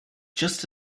just